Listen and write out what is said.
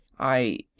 i.